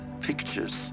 pictures